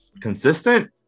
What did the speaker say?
consistent